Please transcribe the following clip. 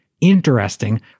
interesting